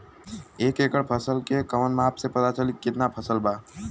एक एकड़ फसल के कवन माप से पता चली की कितना फल बा?